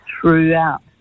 throughout